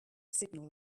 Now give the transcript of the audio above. signal